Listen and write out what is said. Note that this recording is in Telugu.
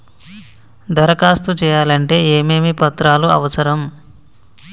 దరఖాస్తు చేయాలంటే ఏమేమి పత్రాలు అవసరం?